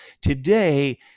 Today